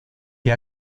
que